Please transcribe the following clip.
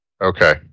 Okay